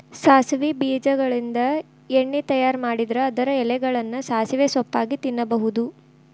ಸಾಸವಿ ಬೇಜಗಳಿಂದ ಎಣ್ಣೆ ತಯಾರ್ ಮಾಡಿದ್ರ ಅದರ ಎಲೆಗಳನ್ನ ಸಾಸಿವೆ ಸೊಪ್ಪಾಗಿ ತಿನ್ನಬಹುದು